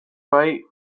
pie